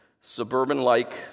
suburban-like